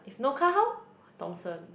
if no car how Thomson